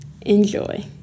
Enjoy